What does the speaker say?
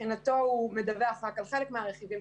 מבחינתנו הוא מדווח רק על חלק מהרכיבים.